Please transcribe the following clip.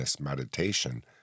meditation